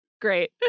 great